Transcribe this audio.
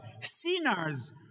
sinners